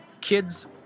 Kids